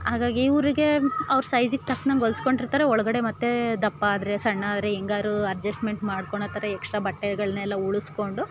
ಹಾಗಾಗಿ ಇವರಿಗೇ ಅವ್ರ ಸೈಜಿಗೆ ತಕ್ನಂಗೆ ಹೊಲಿಸ್ಕೊಂಡಿರ್ತಾರೆ ಒಳಗಡೆ ಮತ್ತು ದಪ್ಪ ಆದರೆ ಸಣ್ಣ ಆದ್ರೆ ಹೆಂಗಾದ್ರು ಅಜೆಸ್ಟ್ಮೆಂಟ್ ಮಾಡ್ಕೊಳೋತರ ಎಕ್ಸ್ಟ್ರಾ ಬಟ್ಟೆಗಳನ್ನೆಲ್ಲಾ ಉಳಿಸ್ಕೊಂಡು